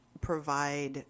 provide